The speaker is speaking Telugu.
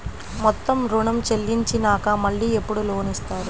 మొత్తం ఋణం చెల్లించినాక మళ్ళీ ఎప్పుడు లోన్ ఇస్తారు?